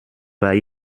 war